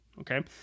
Okay